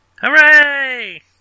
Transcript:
Hooray